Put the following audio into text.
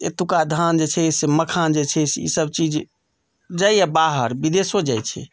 एतुका धान जे छै से मखान जे छै से ईसभ चीज जाइए बाहर विदेशो जाइत छै